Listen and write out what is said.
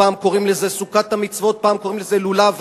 פעם קוראים לזה "סוכת המצוות" ופעם קוראים לזה "לולב",